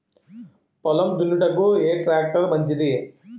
పొలం దున్నుటకు ఏ ట్రాక్టర్ మంచిది?